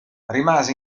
rimase